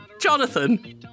Jonathan